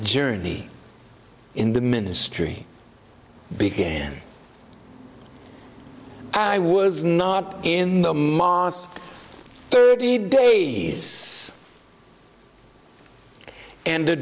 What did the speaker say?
journey in the ministry began i was not in the mosque thirty days and